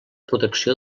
protecció